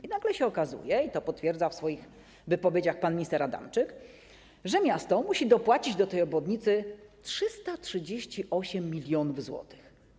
I nagle się okazuje, i to potwierdza w swoich wypowiedziach pan minister Adamczyk, że miasto musi dopłacić do tej obwodnicy 338 mln zł.